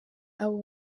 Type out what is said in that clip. abo